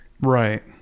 Right